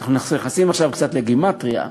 אנחנו נכנסים קצת לגימטריה,